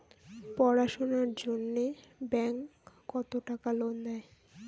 পড়াশুনার জন্যে ব্যাংক কত টাকা লোন দেয়?